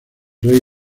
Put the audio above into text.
rey